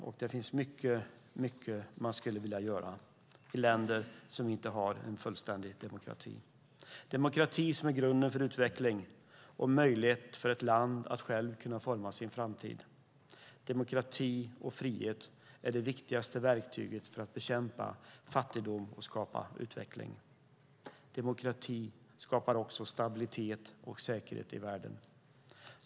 Det finns mycket man skulle vilja göra i länder som inte har en fullständig demokrati. Demokrati är grunden för utveckling och möjligheter för ett land att självt forma sin framtid. Demokrati och frihet är det viktigaste verktyget för att bekämpa fattigdom och skapa utveckling. Demokrati skapar också stabilitet och säkerhet i världen.